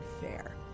fair